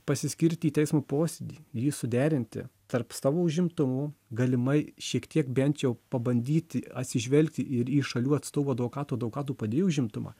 pasiskirti teismo posėdį jį suderinti tarp savo užimtumų galimai šiek tiek bent jau pabandyti atsižvelgti ir į šalių atstovų advokatų advokatų padėjėjų užimtumą